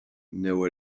neu